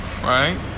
right